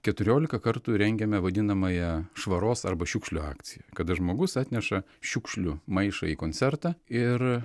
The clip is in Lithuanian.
keturiolika kartų rengėme vadinamąją švaros arba šiukšlių akciją kada žmogus atneša šiukšlių maišą į koncertą ir